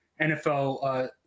NFL